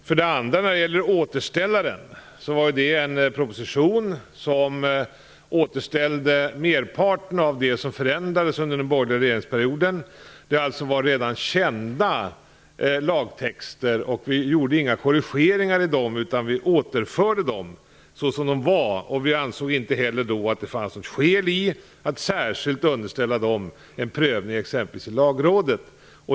För det andra innebar "återställarpropositionen" att vi återställde merparten av det som förändrades under den borgerliga regeringsperioden. Det var alltså redan kända lagtexter, och vi gjorde inga korrigeringar i dem utan återförde dem såsom de varit. Vi ansåg inte heller att det fanns något skäl i att särskilt underställa dem en prövning i exempelvis Lagrådet.